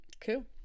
Cool